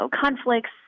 conflicts